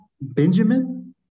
Benjamin